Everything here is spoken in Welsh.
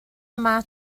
yma